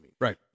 Right